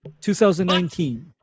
2019